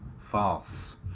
false